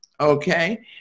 okay